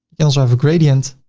yeah also have a gradient,